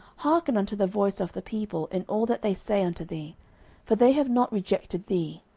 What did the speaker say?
hearken unto the voice of the people in all that they say unto thee for they have not rejected thee,